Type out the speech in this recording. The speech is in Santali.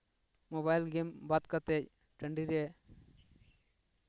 ᱢᱳᱵᱟᱭᱤᱞ ᱜᱮᱹᱢ ᱵᱟᱫᱽ ᱠᱟᱛᱮᱜ ᱴᱟᱺᱰᱤ ᱨᱮ